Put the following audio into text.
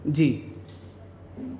جی